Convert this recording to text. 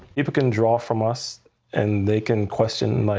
people can draw from us and they can question,